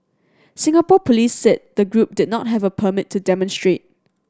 Singapore police said the group did not have a permit to demonstrate